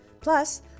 Plus